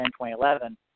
2011